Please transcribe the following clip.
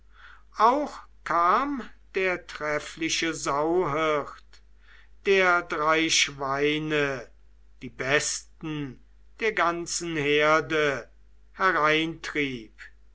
auch kam der treffliche sauhirt der drei schweine die besten der ganzen herde